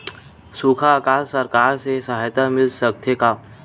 सुखा अकाल सरकार से सहायता मिल सकथे का?